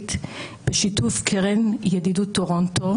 העברית בשיתוף קרן ידידות טורונטו,